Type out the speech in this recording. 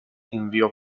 inviò